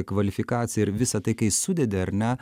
kvalifikacija ir visa tai kai sudedi ar ne